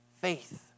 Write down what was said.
faith